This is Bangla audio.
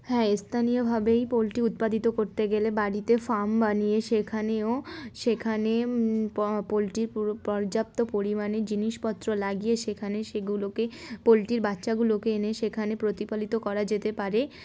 হ্যাঁ স্থানীয়ভাবেই পোলট্রি উৎপাদিত করতে গেলে বাড়িতে ফার্ম বানিয়ে সেখানেও সেখানে পোলট্রির পুরো পর্যাপ্ত পরিমাণে জিনিসপত্র লাগিয়ে সেখানে সেগুলোকে পোলট্রির বাচ্চাগুলোকে এনে সেখানে প্রতিফালিত করা যেতে পারে